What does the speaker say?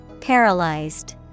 paralyzed